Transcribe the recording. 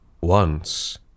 Once